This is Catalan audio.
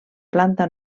planta